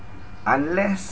unless